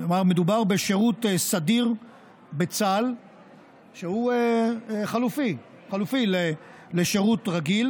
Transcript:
כלומר מדובר בשירות סדיר בצה"ל שהוא חלופי לשירות רגיל